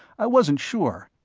i wasn't sure,